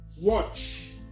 watch